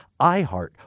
iHeart